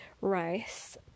rice